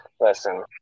Listen